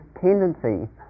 tendency